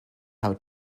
how